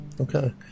Okay